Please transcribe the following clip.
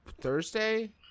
Thursday